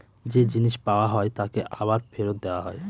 যে জিনিস পাওয়া হয় তাকে আবার ফেরত দেওয়া হয়